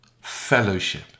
fellowship